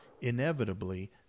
inevitably